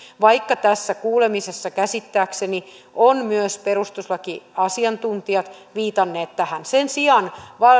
vaikka tässä kuulemisessa käsittääkseni ovat myös perustuslakiasiantuntijat viitanneet tähän sen sijaan